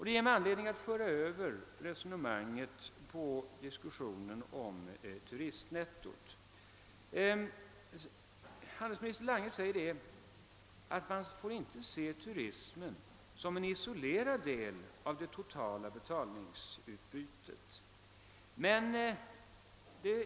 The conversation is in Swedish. Det ger mig anledning att föra över resonemanget på frågan om turistnettot. Handelsminister Lange säger att man inte får se turismen som en isolerad del av det totala betalningsutbytet.